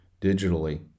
digitally